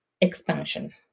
expansion